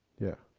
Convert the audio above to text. yeah,